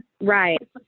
Right